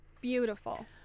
Beautiful